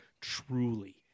truly